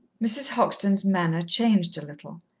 mrs. hoxton's manner changed a little.